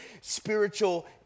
spiritual